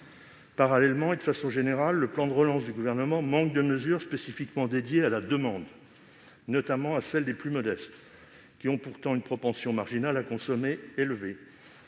Parallèlement, et de façon générale, le plan de relance du Gouvernement manque de mesures spécifiquement dédiées à la demande, notamment à celle des plus modestes, qui ont pourtant une propension marginale à consommer élevée.